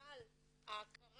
בגלל ההכרה